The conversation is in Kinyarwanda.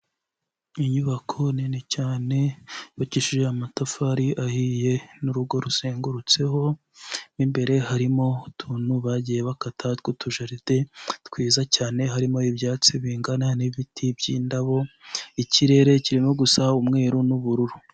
Inyubako nini cyane yubakishije amatafari ahiye n'urugo ruzengurutseho, mo imbere harimo utuntu bagiye bakata tw'utujaride twiza cyane, harimo ibyatsi bingana n'ibiti by'indabo, ikirere kirimo gusa umweru n'ubururu.